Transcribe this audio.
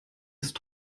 ist